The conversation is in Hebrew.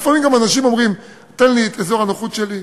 לפעמים גם אנשים אומרים: תן לי את אזור הנוחות שלי,